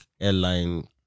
airline